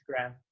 Instagram